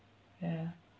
ya